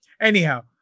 anyhow